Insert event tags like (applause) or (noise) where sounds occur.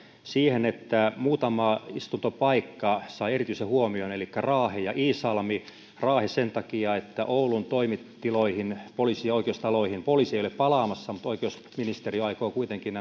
siihen että muutama istuntopaikka sai erityisen huomion elikkä raahe ja iisalmi raahe sen takia että oulun toimitiloihin poliisi ja oikeustaloihin poliisi ei ole palaamassa mutta oikeusministeriö aikoo kuitenkin (unintelligible)